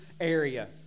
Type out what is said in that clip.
area